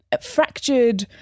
fractured